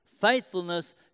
faithfulness